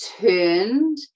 turned